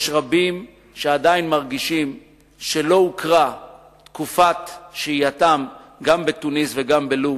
יש רבים שעדיין מרגישים שלא הוכרה תקופת שהייתם גם בתוניס וגם בלוב,